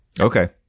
Okay